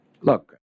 Look